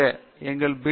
எனவே எங்கள் பி